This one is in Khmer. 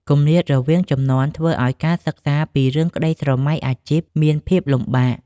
គម្លាតរវាងជំនាន់ ធ្វើឱ្យការពិភាក្សាពីរឿងក្តីស្រមៃអាជីពមានភាពលំបាក។